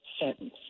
sentence